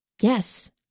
Yes